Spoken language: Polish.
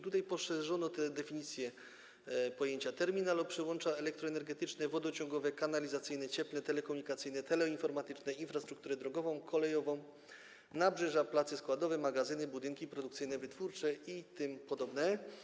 Tutaj poszerzono definicję pojęcia terminalu, uwzględniając przyłącza elektroenergetyczne, wodociągowe, kanalizacyjne, cieplne, telekomunikacyjne, teleinformatyczne, infrastrukturę drogową, kolejową, nabrzeża, place składowe, magazyny, budynki produkcyjno-wytwórcze i tym podobne.